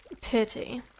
pity